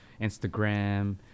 Instagram